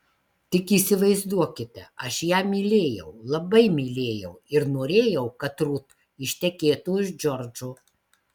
tik įsivaizduokite aš ją mylėjau labai mylėjau ir norėjau kad rut ištekėtų už džordžo